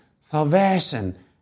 salvation